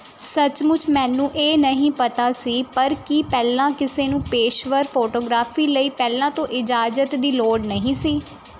ਸੱਚਮੁੱਚ ਮੈਨੂੰ ਇਹ ਨਹੀਂ ਪਤਾ ਸੀ ਪਰ ਕੀ ਪਹਿਲਾਂ ਕਿਸੇ ਨੂੰ ਪੇਸ਼ੇਵਰ ਫੋਟੋਗ੍ਰਾਫੀ ਲਈ ਪਹਿਲਾਂ ਤੋਂ ਇਜਾਜ਼ਤ ਦੀ ਲੋੜ ਨਹੀਂ ਸੀ